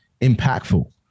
impactful